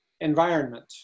environment